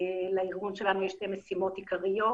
לארגון שלנו יש שתי משימות עיקריות,